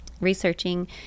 researching